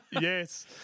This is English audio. Yes